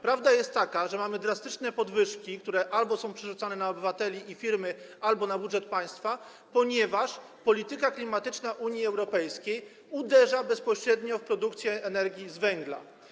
Prawda jest taka, że mamy drastyczne podwyżki, których koszty albo są przerzucane na obywateli i firmy, albo na budżet państwa, ponieważ polityka klimatyczna Unii Europejskiej uderza bezpośrednio w produkcję energii z węgla.